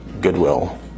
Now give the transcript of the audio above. Goodwill